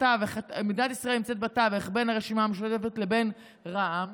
מדינת ישראל נמצאת בתווך בין הרשימה המשותפת לבין רע"מ.